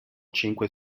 cinque